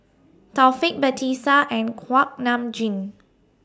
Taufik Batisah and Kuak Nam Jin